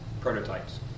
prototypes